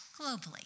globally